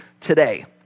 today